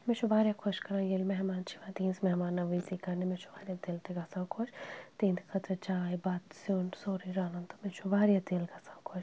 مےٚ چھُ واریاہ خۄش کَران ییٚلہِ مہمان چھِ یِوان تِہِنٛز مہمان نوٲزی کَرنہٕ مےٚ چھُ واریاہ دِل تہِ گژھان خۄش تِہِنٛدِ خٲطرٕ چاے بَتہٕ سیُن سورُے رَنُن تہٕ مےٚ چھُ واریاہ دِل گژھان خۄش